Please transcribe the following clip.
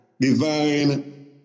divine